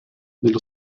nello